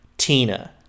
Tina